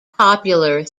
popular